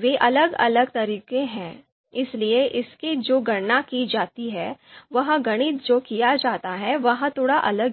वे अलग अलग तरीके हैं इसलिए इसलिए जो गणना की जाती है वह गणित जो किया जाता है वह थोड़ा अलग है